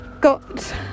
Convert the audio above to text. got